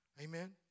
Amen